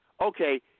okay